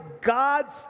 God's